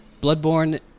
Bloodborne